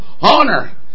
honor